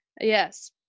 Yes